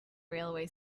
railway